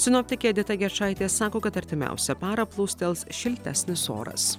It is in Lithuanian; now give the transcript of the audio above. sinoptikė edita gečaitė sako kad artimiausią parą plūstels šiltesnis oras